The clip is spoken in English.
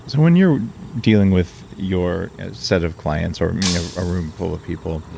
when you're dealing with your set of clients or a room full of people.